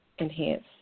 enhance